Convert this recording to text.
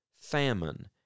famine